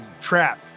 trap